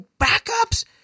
backups